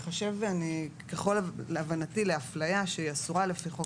תיחשב לפי הבנתי לאפליה שהיא אסורה לפי חוק